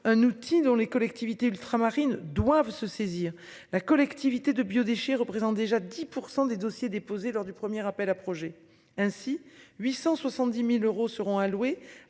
un outil dont les collectivités ultramarines doivent se saisir la collectivité de biodéchets représentent déjà 10% des dossiers déposés lors du premier appel à projets ainsi 870.000 euros seront alloués